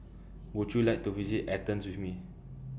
Would YOU like to visit Athens with Me